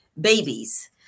babies